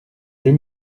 jeux